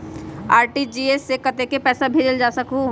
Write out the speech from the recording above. RTGS से कतेक पैसा भेजल जा सकहु???